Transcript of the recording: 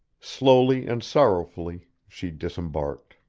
slowly and sorrowfully she disembarked.